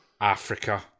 Africa